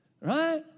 Right